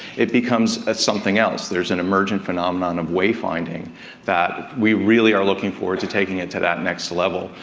it becomes at something else. there's an emergent phenomenon of wayfinding that we really are looking forward to taking it to that next level,